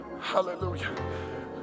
Hallelujah